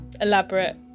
elaborate